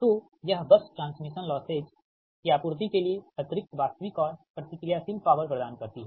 तो यह bus transmission losses की आपूर्ति करने के लिए अतिरिक्त वास्तविक और प्रतिक्रियाशील पॉवर प्रदान करती है